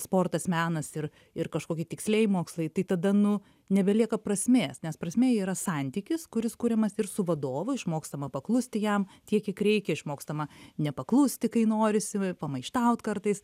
sportas menas ir ir kažkokie tikslieji mokslai tai tada nu nebelieka prasmės nes prasmė yra santykis kuris kuriamas ir su vadovu išmokstama paklusti jam tiek kiek reikia išmokstama nepaklusti kai norisi pamaištaut kartais